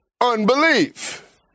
unbelief